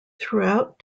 throughout